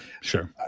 sure